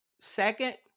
Second